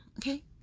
okay